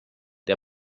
der